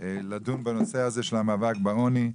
לדון בנושא הזה של המאבק בעוני.